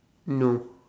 no